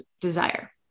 desire